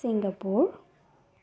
Singapore